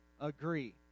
agree